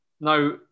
Now